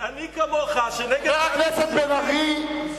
גזעני כמוך, חבר הכנסת בן-ארי,